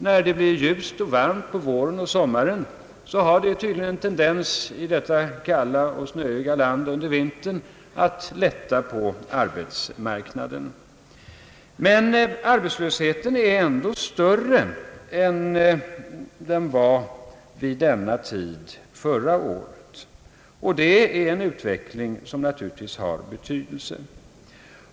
När det blir ljust och varmt på våren och sommaren medför det tydligen en tendens, i detta under vintern snöiga och kalla land, till lättnad på arbetsmarknaden. Arbetslösheten är dock större än den var vid denna tid förra året, och det är en utveckling som är av betydelse.